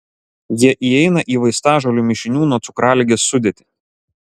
jie įeina į vaistažolių mišinių nuo cukraligės sudėtį